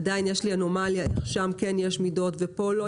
עדיין יש לי אנומליה, שם כן יש מידות ופה לא.